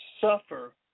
suffer